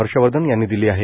हर्षवर्धन यांनी दिली आहे